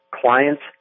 clients